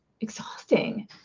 exhausting